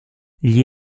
gli